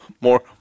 more